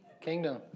Kingdom